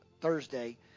Thursday